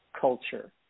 culture